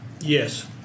yes